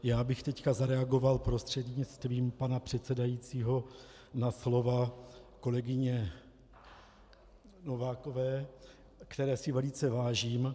Já bych teď zareagoval prostřednictvím pana předsedajícího na slova kolegyně Novákové, které si velice vážím.